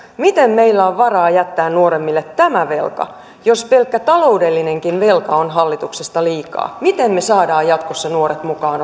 miten meillä on varaa jättää nuoremmille tämä velka jos pelkkä taloudellinenkin velka on hallituksesta liikaa miten me saamme jatkossa nuoret mukaan